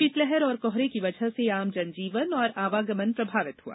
शीतलहर और कोहरे की वजह से आम जन जीवन और आवागमन प्रभावित हआ